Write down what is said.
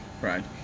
Right